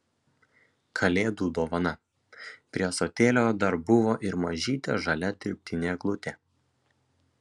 kalėdų dovana prie ąsotėlio dar buvo ir mažytė žalia dirbtinė eglutė